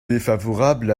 défavorables